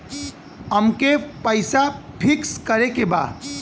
अमके पैसा फिक्स करे के बा?